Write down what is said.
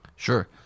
Sure